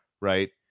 right